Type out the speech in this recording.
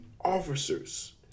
officers